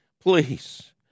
please